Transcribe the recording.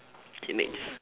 teenage